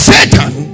Satan